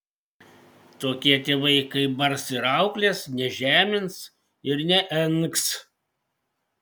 tokie tėvai kai bars ir auklės nežemins ir neengs